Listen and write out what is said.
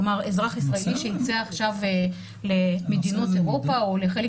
כלומר אזרח ישראלי שייצא עכשיו למדינות אירופה או לחלק